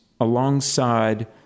alongside